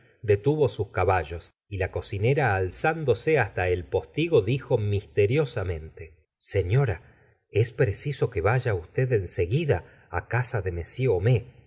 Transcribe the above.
detuvo sus caballos y la cocinera alzándose hasta el postigo dijo misteriosamente señora es preciso que vaya usted en seguida á casa de m